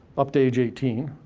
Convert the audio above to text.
up to age eighteen.